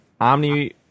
Omni